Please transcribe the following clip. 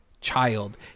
child